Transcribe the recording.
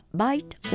bite